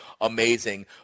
amazing